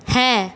হ্যাঁ